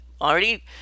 Already